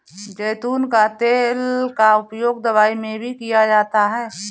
ज़ैतून का तेल का उपयोग दवाई में भी किया जाता है